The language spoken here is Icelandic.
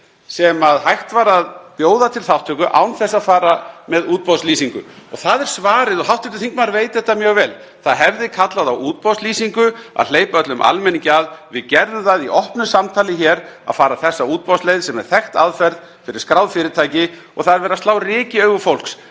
sem hægt var að bjóða til þátttöku án þess að fara með útboðslýsingu. Það er svarið og hv. þingmaður veit þetta mjög vel. Það hefði kallað á útboðslýsingu að hleypa öllum almenningi að. Við gerðum það í opnu samtali hér að fara þessa útboðsleið sem er þekkt aðferð fyrir skráð fyrirtæki. Það er verið að slá ryki í augu fólks